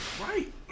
Right